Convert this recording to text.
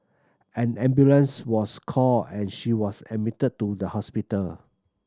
an ambulance was called and she was admitted to the hospital